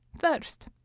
First